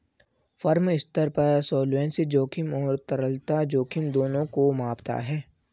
firm स्तर पर solvency जोखिम और तरलता जोखिम दोनों को मापता है